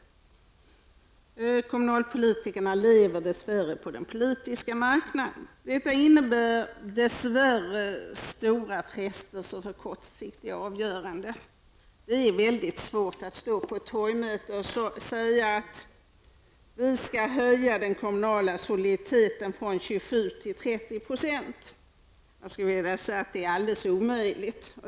Kommunalpolitikerna lever tyvärr på den plutokratiska marknaden. Detta innebär dess värre stora festelser för kortsiktiga avgöranden. Det är mycket svårt att stå på ett torgmöte och säga att man skall höja den kommunala soliditeten från 27 till 30 %. Jag vill påstå att det är alldeles omöjligt att göra det.